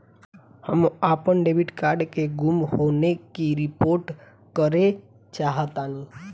हम अपन debit card के गुम होने की रिपोर्ट करे चाहतानी